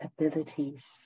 abilities